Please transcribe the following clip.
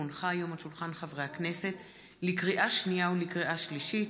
כי הונחה היום על שולחן הכנסת לקריאה שנייה ולקריאה שלישית,